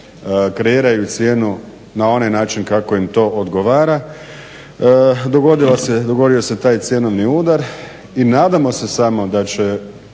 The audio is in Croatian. kreiraju cijenu na onaj način kako im to odgovara dogodio se taj cjenovni udar i nadamo se samo da će